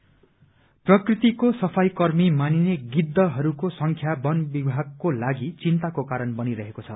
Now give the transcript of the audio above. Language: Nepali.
भल्चर प्रकृतिको सफाई कर्मी मानिने गिद्धहरूको संख्या वन विभागको लागि चिन्ताको कारण बनिरहेको छ